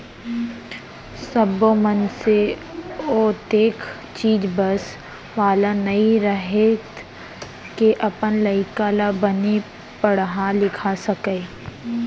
सब्बो मनसे ओतेख चीज बस वाला नइ रहय के अपन लइका ल बने पड़हा लिखा सकय